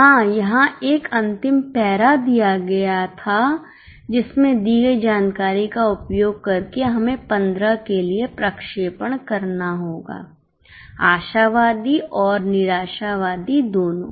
हाँ यहां एक अंतिम पैरा दिया गया था जिसमें दी गई जानकारी का उपयोग करके हमें 15 के लिए प्रक्षेपण करना होगा आशावादी और निराशावादी दोनों